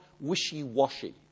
wishy-washy